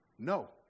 No